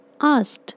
asked